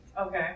Okay